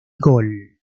gol